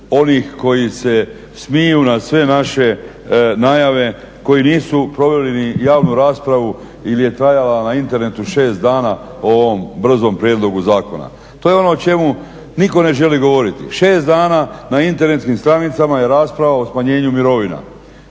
onih koji se smiju na sve naše najave, koji nisu proveli ni javnu raspravu ili je trajala na internetu šest dana o ovom brzom prijedlogu zakona. To je ono o čemu nitko ne želi govoriti. Šest dana na internetskim stranicama je rasprava o smanjenju mirovina.